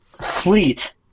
fleet